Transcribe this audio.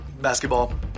Basketball